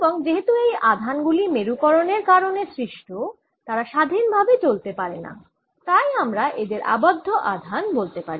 এবং যেহেতু এই আধান গুলি মেরুকরণ এর কারণে সৃষ্ট তারা স্বাধীন ভাবে চলতে পারে না তাই আমরা এদের আবদ্ধ আধান বলতে পারি